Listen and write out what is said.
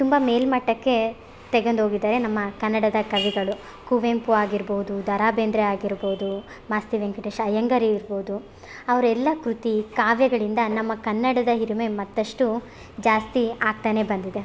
ತುಂಬ ಮೇಲು ಮಟ್ಟಕ್ಕೆ ತೆಗಂಡೋಗಿದ್ದಾರೆ ನಮ್ಮ ಕನ್ನಡದ ಕವಿಗಳು ಕುವೆಂಪು ಆಗಿರ್ಬೋದು ದರಾ ಬೇಂದ್ರೆ ಆಗಿರ್ಬೋದು ಮಾಸ್ತಿ ವೆಂಕಟೇಶ ಅಯ್ಯಂಗಾರ್ ಇರ್ಬೋದು ಅವರೆಲ್ಲ ಕೃತಿ ಕಾವ್ಯಗಳಿಂದ ನಮ್ಮ ಕನ್ನಡದ ಹಿರಿಮೆ ಮತ್ತಷ್ಟು ಜಾಸ್ತಿ ಆಗ್ತಾನೆ ಬಂದಿದೆ